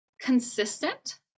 consistent